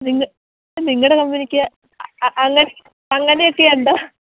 നിങ്ങ നിങ്ങളുടെ കമ്പനിക്ക് അങ്ങനെ അങ്ങനെ ഒക്കെ ഉണ്ടോ